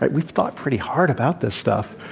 like we've thought pretty hard about this stuff.